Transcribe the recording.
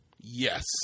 Yes